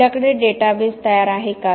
आपल्या कडे डेटाबेस तयार आहे का